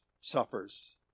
suffers